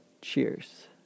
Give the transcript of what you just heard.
cheers